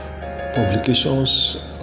publications